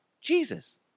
Jesus